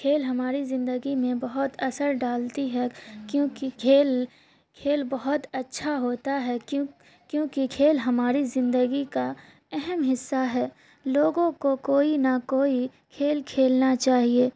کھیل ہماری زندگی میں بہت اثر ڈالتی ہے کیونکہ کھیل کھیل بہت اچھا ہوتا ہے کیوں کیونکہ کھیل ہماری زندگی کا اہم حصہ ہے لوگوں کو کوئی نہ کوئی کھیل کھیلنا چاہیے